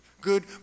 Good